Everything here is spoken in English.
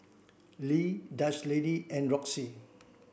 Lee Dutch Lady and Roxy